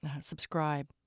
subscribe